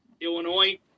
Illinois